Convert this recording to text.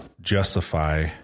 justify